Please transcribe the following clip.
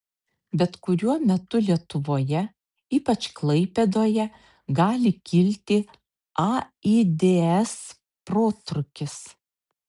bet kuriuo metu lietuvoje ypač klaipėdoje gali kilti aids protrūkis